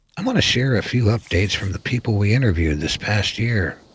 i want to share a few updates from the people we interviewed this past year.